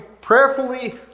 prayerfully